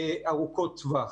ארוכות טווח.